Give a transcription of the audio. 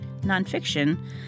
nonfiction